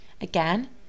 Again